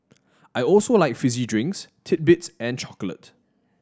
I also like fizzy drinks titbits and chocolate